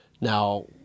Now